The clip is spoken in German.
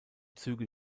züge